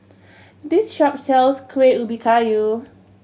this shop sells Kuih Ubi Kayu